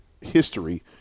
history